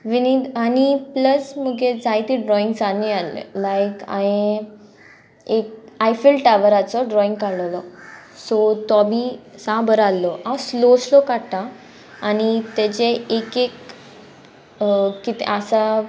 विनी आनी प्लस मुगे जायते ड्रॉइंग्सांनी आहले लायक हांये एक आयफील टावराचो ड्रॉइंग काडलेलो सो तो बी सा बरो आहलो हांव स्लो स्लो काडटा आनी तेजे एक एक कितें आसा